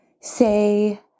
say